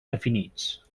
definits